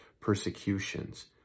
persecutions